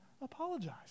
apologize